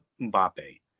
Mbappe